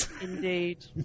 Indeed